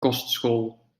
kostschool